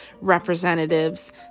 representatives